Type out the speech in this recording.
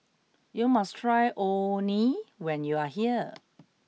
you must try Orh Nee when you are here